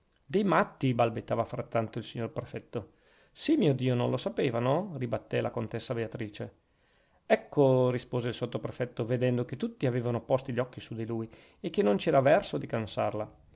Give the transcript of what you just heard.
dei matti balbettava frattanto il signor sottoprefetto sì mio dio non lo sapevano ribattè la contessa beatrice ecco rispose il sottoprefetto vedendo che tutti avevano posti gli occhi su lui e che non c'era verso di cansarla